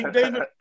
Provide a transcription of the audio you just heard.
David